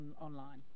online